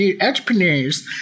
entrepreneurs